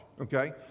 Okay